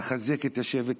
את השבט הלבן,